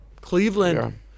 Cleveland